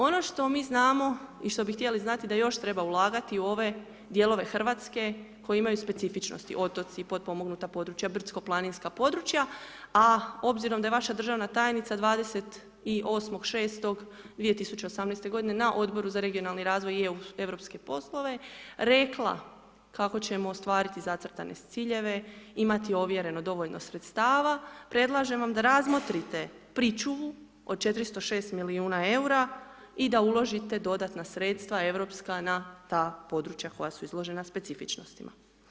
Ono što mi znamo i što bi htjeli znati da još treba ulagati u ove dijelove RH koji imaju specifičnosti otoci, potpomognuta područja, brdsko planinska područja, a obzirom da je vaša državna tajnica 28.6.2018. godine na Odboru za regionalni razvoj i europske poslove rekla kako ćemo ostvariti zacrtane ciljeve, imati ovjereno dovoljno sredstava. predlažem vam da razmotrite pričuvu od 406 milijuna EUR-a i da uložite dodatna sredstva europska na ta područja koja su izložena specifičnostima.